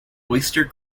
oyster